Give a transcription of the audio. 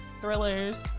thrillers